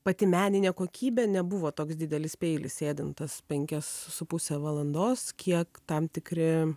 pati meninė kokybė nebuvo toks didelis peilis sėdint tas penkias su puse valandos kiek tam tikri